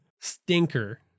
stinker